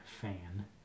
fan